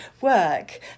work